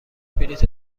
بلیط